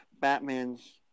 Batman's